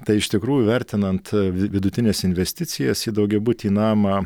tai iš tikrųjų vertinant vi vidutines investicijas į daugiabutį namą